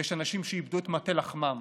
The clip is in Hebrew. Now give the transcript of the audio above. יש אנשים שאיבדו את מטה לחמם.